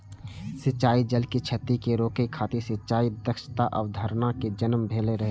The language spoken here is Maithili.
सिंचाइ जल के क्षति कें रोकै खातिर सिंचाइ दक्षताक अवधारणा के जन्म भेल रहै